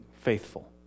faithful